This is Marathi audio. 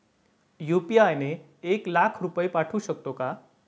यु.पी.आय ने एक लाख रुपये पाठवू शकतो का?